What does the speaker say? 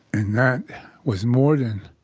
and that was more than